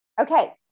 Okay